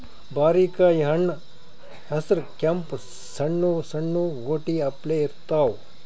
ಬಾರಿಕಾಯಿ ಹಣ್ಣ್ ಹಸ್ರ್ ಕೆಂಪ್ ಸಣ್ಣು ಸಣ್ಣು ಗೋಟಿ ಅಪ್ಲೆ ಇರ್ತವ್